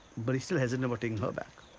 but he's still hesitant about taking her back.